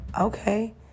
okay